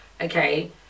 Okay